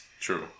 true